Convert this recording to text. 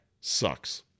sucks